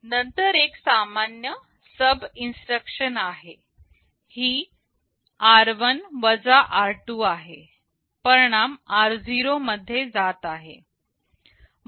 नंतर एक सामान्य SUB इन्स्ट्रक्शन आहे ही r1 r2 आहे परिणाम r0 मध्ये जात आहे